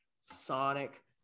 Sonic